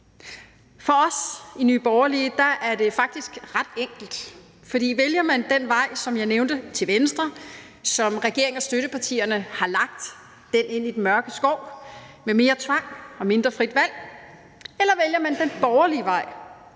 For os i Nye Borgerlige er det faktisk ret enkelt, for vælger man den vej, som jeg nævnte, til venstre, som regeringen og støttepartierne har lagt, den ind i den mørke skov, med mere tvang og mindre frit valg, eller vælger man den borgerlige vej,